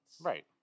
Right